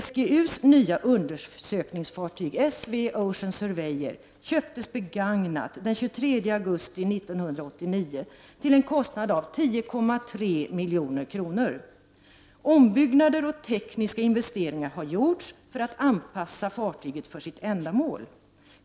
SGU:s nya undersökningsfartyg S/V Ocean Surveyor köptes begagnat den 23 augusti 1989 till en kostnad av 10,3 milj.kr. Ombyggander och tekniska investeringar har gjorts för att anpassa fartyget för dess ändamål.